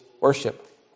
worship